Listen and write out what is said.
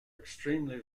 extremely